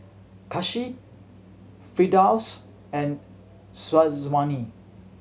Kasih Firdaus and Syazwani